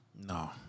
No